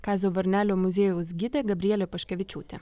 kazio varnelio muziejaus gidė gabrielė paškevičiūtė